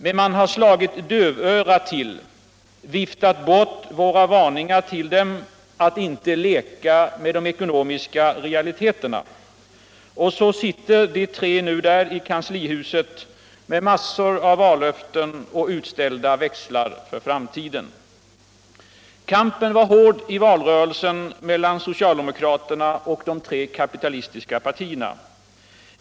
Men man har slagit dövörat till, viftat bort våra varningar-till dem autt inte leka med de ekonomiska realiteterna. Så siuter de tre nu där i kanslihuset med massor av vallöften och växlar utställda på fråmuden. Kampen var härd i valrörelsen metHan socialdemokraterna och de tre kapitalistiska partierna.